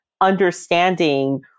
understanding